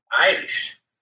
Irish